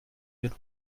den